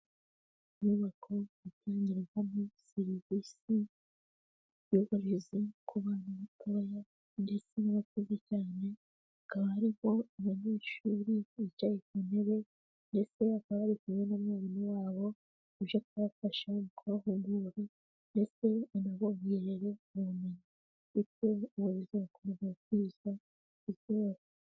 Inyubako itangirwamo serivisi y'uburezi ku bana batoya ndetse n'abakuze cyane. Hakaba hariho abanyeshuri bicaye ku ntebe, ndetse bakaba bari kumwe na mwarimu wabo, uje kubafasha mu kubahugura, ndetse anabongerere ubumenyi. Bityo uburezi bugakomeza gukwizwa ku isi hose.